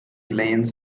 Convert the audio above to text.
lanes